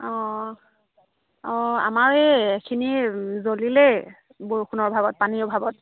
অঁ অঁ আমাৰ এই এখিনি জ্বলিলেই বৰষুণৰ অভাৱত পানীৰ অভাৱত